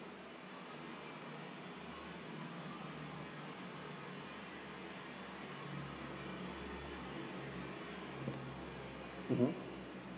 mmhmm